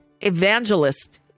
evangelist